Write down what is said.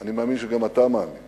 אני מאמין שגם אתה מאמין